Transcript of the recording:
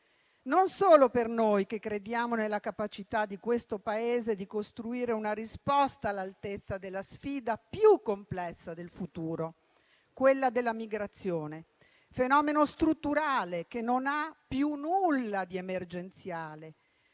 Non solo per noi che crediamo nella capacità di questo Paese di costruire una risposta all'altezza della sfida più complessa del futuro, quella della migrazione; fenomeno strutturale che non ha più nulla di emergenziale.